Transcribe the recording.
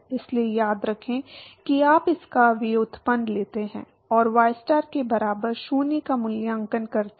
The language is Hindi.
इसलिए याद रखें कि आप इसका व्युत्पन्न लेते हैं और ystar के बराबर 0 का मूल्यांकन करते हैं